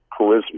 charisma